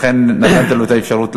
לכן נתתי לו את האפשרות להמשיך.